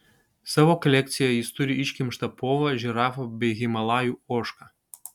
savo kolekcijoje jis turi iškimštą povą žirafą bei himalajų ožką